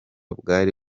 bwari